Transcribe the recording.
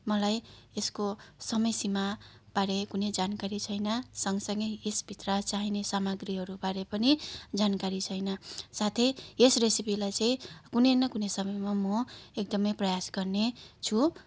मलाई यसको समयसीमाबारे कुनै जानकारी छैन सँगसँगै यसभित्र चाहिने सामग्रीहरूबारे पनि जानकारी छैन साथै यस रेसिपीलाई चाहिँ कुनै न कुनै समयमा म एकदमै प्रयास गर्नेछु